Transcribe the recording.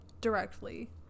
directly